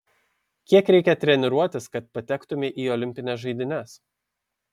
kiek reikia treniruotis kad patektumei į olimpines žaidynes